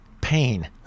pain